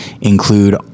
include